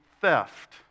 theft